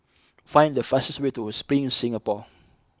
find the fastest way to Spring Singapore